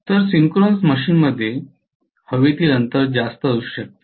तर सिंक्रोनस मशीनमध्ये हवेतील अंतर जास्त असू शकते